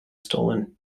stolen